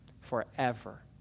forever